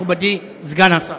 מכובדי סגן השר?